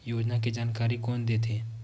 योजना के जानकारी कोन दे थे?